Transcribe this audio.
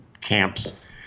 camps